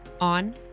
on